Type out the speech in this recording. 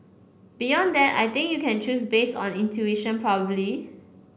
beyond that I think you can choose based on intuition probably